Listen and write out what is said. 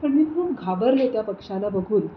पण मी खूप घाबरले त्या पक्ष्याला बघून